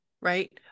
right